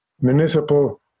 municipal